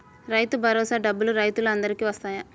రైతు భరోసా డబ్బులు రైతులు అందరికి వస్తాయా?